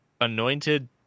anointed